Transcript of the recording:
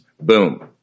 Boom